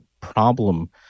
problem